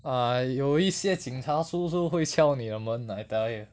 ah 有一些警察叔叔会敲你的门打开